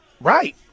right